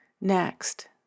Next